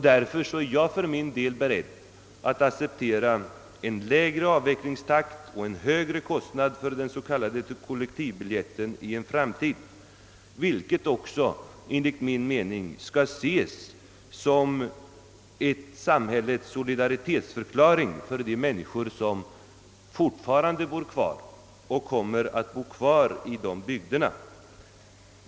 Därför är jag för min del beredd att acceptera en lägre avvecklingstakt och en högre kostnad för den s.k. kollektivbiljetten i en framtid, vilket också enligt min mening skall ses som en samhällets solidaritetsförklaring för de människor som fortfarande bor kvar och kommer att bo kvar i de berörda bygderna.